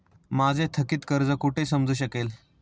माझे थकीत कर्ज कुठे समजू शकेल?